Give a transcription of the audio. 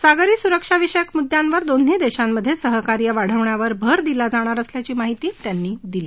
सागरी सुरक्षाविषयक मुद्यांवर दोन्ही देशांमध्ये सहकार्य वाढवण्यावर भर दिला जाणार असल्याची माहिती त्यांनी दिली